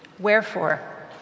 Wherefore